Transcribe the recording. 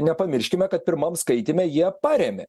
nepamirškime kad pirmam skaityme jie parėmė